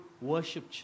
worship